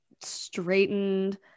straightened